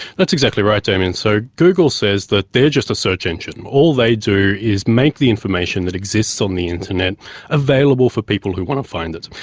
that's exactly right damien, so google says that they are just a search engine, all they do is make the information that exists on the internet available for people who want to find it.